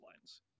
lines